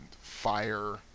fire